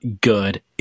good